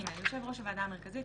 (ג)יושב ראש הוועדה המרכזית,